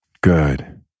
Good